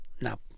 Now